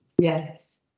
yes